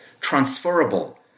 transferable